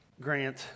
Grant